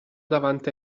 davanti